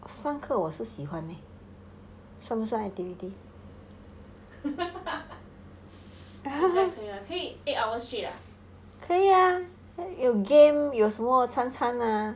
上课我是喜欢算不算可以 ah 有 game 有什么灿灿啊